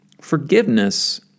Forgiveness